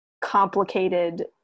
complicated